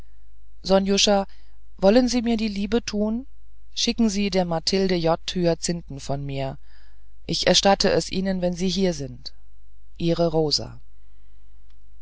sonjuscha wollen sie mir die liebe tun schicken sie der mathilde j hyazinthen von mir ich erstatte es ihnen wenn sie hier sind ihre rosa